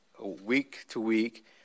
week-to-week